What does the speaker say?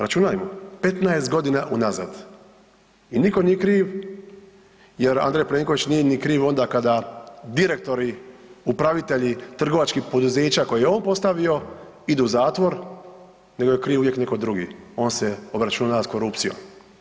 Računajmo, 15 godina unazad i nitko nije kriv jer Andrej Plenković nije ni kriv onda kada direktori, upravitelji trgovačkih poduzeća koje je on postavio idu u zatvor nego je kriv uvijek netko drugi, on se obračuna s korupcijom.